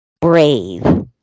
brave